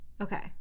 Okay